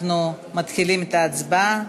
אנחנו מתחילים את ההצבעה.